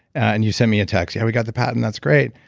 and you sent me a text, yeah, we got the patent. that's great.